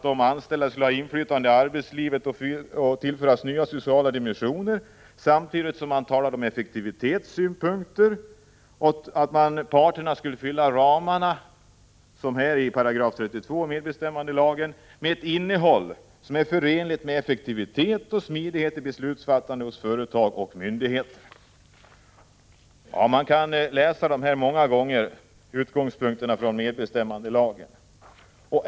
De anställda skulle ha inflytande i arbetslivet och tillföras nya sociala dimensioner. Samtidigt talades om effektivitet och om att parterna skulle fylla ramarna i § 32 och i MBL med ett innehåll som är förenligt med effektivitet och smidighet i beslutsfattandet hos företag och myndigheter. Man kan läsa dessa utgångspunkter för medbestämmandelagen många gånger.